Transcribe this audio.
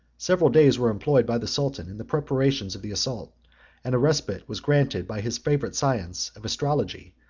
several days were employed by the sultan in the preparations of the assault and a respite was granted by his favorite science of astrology,